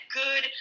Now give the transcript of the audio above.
good